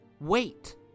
Wait